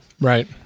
Right